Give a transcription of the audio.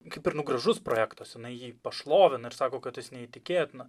kaip ir nu gražus projektas jinai jį pašlovina ir sako kad tas neįtikėtina